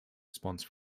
response